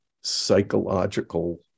psychological